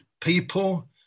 people